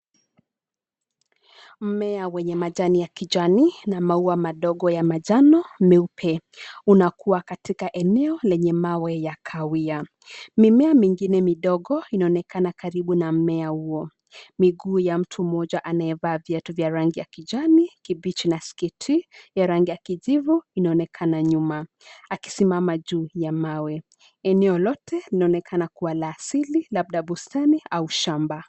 Mmea wenye majani ya kijani na maua madogo ya manjano meupe, unakuwa katika eneo lenye mawe ya kahawia. Mimea mingine midogo inaonekana karibu na mea huo. Miguu ya mtu moja anaye vaa viatu vya rangi ya kijani, kibichi na skiti, ya rangi ya kijivu inaonekana nyuma, akisimama juu ya mawe. Eneo lote linaonekana kuwa la asili, labda bustani au shamba.